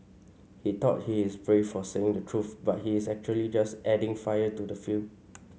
he thought he's brave for saying the truth but he's actually just adding fire to the fuel